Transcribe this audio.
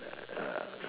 uh